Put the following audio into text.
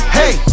hey